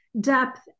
depth